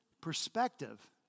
perspective